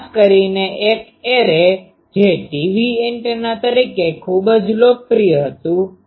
ખાસ કરીને એક એરે જે ટીવી એન્ટેના તરીકે ખૂબ જ લોકપ્રિય હતું